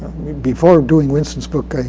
before doing winston's book.